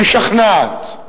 משכנעת,